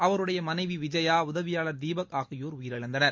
அவருடைய மனைவி விஜயா உதவியாளர் தீபக் ஆகியோர் உயிரிழந்தனர்